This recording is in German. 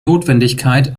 notwendigkeit